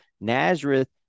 Nazareth